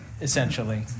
essentially